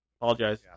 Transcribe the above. Apologize